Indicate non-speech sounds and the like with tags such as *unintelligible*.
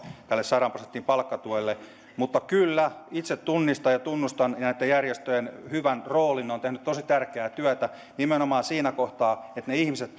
tälle sadan prosentin palkkatuelle mutta kyllä itse tunnistan ja tunnustan näitten järjestöjen hyvän roolin ne ovat tehneet tosi tärkeää työtä nimenomaan siinä kohtaa että ne ihmiset *unintelligible*